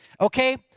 Okay